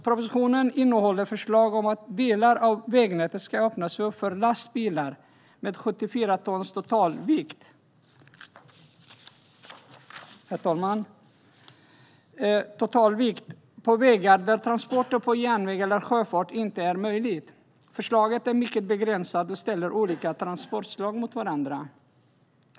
Propositionen innehåller förslag om att delar av vägnätet ska öppnas för lastbilar med 74 tons totalvikt på vägar där transporter på järnväg eller sjöfart inte är möjligt. Förslaget är mycket begränsande och ställer olika transportslag mot varandra.